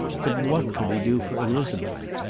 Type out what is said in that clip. but what could he do for elizabeth?